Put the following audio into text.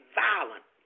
violent